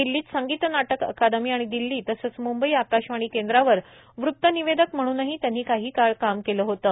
दिल्लीत संगीत नाटक अकादमी आणि दिल्ली तसंच म्ंबई आकाशवाणी केंद्रावर वृत्तनिवेदक म्हणूनही त्यांनी काही काळ काम केलं होतं